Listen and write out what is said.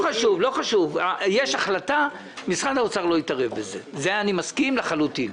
איזה תעדוף אתה עושה כאן?